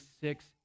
six